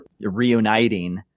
reuniting